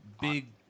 big